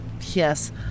Yes